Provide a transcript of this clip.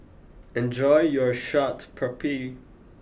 enjoy your Chaat Papri